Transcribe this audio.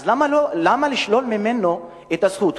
אז למה לשלול ממנו את הזכות?